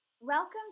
Welcome